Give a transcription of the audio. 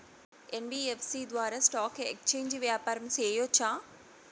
NBFC ద్వారా stock exchange వ్యాపారం సేయొచ్చా?